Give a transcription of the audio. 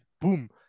boom